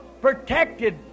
protected